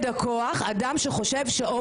אפשר?